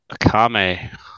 Akame